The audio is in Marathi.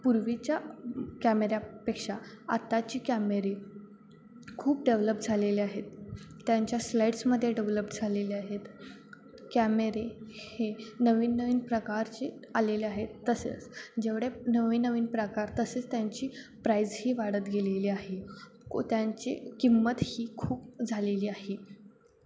पूर्वीच्या कॅमेऱ्यापेक्षा आत्ताची कॅमेरे खूप डेव्हलप झालेले आहेत त्यांच्या स्लेट्समध्ये डेवलप झालेले आहेत कॅमेरे हे नवीन नवीन प्रकारचे आलेले आहेत तसेच जेवढे नवीन नवीन प्रकार तसेच त्यांची प्राईजही वाढत गेलेली आहे कू त्यांची किंमत ही खूप झालेली आहे